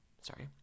sorry